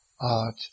art